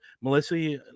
Melissa